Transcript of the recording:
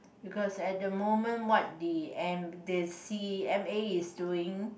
because at the moment what the M the c_m_a is doing